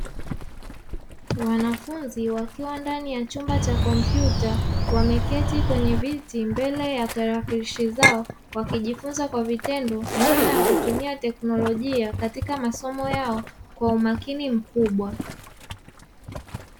Wanafunzi wakiwa ndani ya chumba cha kompyuta, wameketi kwenye viti mbele ya tarakilishi zao, wakijifunza kwa vitendo namna ya kutumia teknolojia katika masomo yao kwa umakini mkubwa.